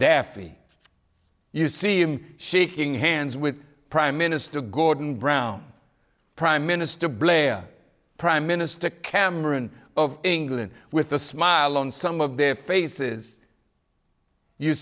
daffy you see him shaking hands with prime minister gordon brown prime minister blair prime minister cameron of england with a smile on some of their faces you